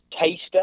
taster